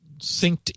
synced